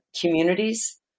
communities